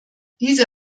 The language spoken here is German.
diese